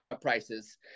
prices